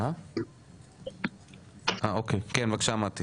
מטי, בבקשה.